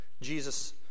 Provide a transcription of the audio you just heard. Jesus